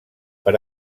per